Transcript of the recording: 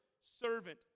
servant